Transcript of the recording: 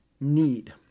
need